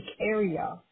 area